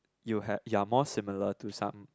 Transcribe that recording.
you have you are more similiar to some